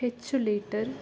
ಹೆಚ್ಚು ಲೀಟರ್